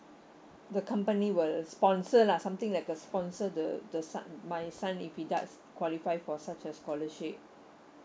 the company will sponsor lah something like a sponsor the the son my son if he does qualify for such a scholarship